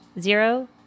zero